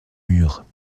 murs